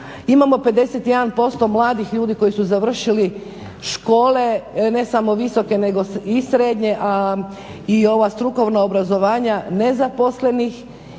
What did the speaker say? imamo 51% mladih ljudi koji su završili škole ne samo visoke nego i srednje a i ova strukovna obrazovanja nezaposlenih.